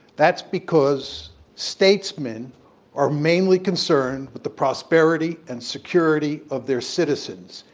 that's because statesmen are mainly concerned with the prosperity and security of their citizens,